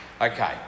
Okay